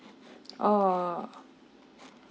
orh